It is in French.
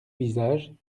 visage